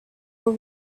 will